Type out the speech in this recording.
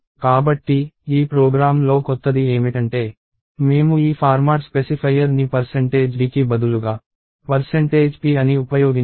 కాబట్టి ఈ ప్రోగ్రామ్లో కొత్తది ఏమిటంటే మేము ఈ ఫార్మాట్ స్పెసిఫైయర్ని dకి బదులుగా p అని ఉపయోగించాము